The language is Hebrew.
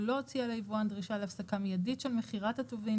או לא הוציאה ליבואן דרישה להפסקה מיידית של מכירת הטובין